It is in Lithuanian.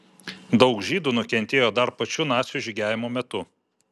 daug žydų nukentėjo dar pačiu nacių žygiavimo metu